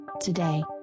Today